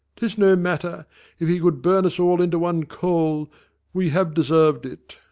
tis no matter if he could burn us all into one coal we have deserv'd it.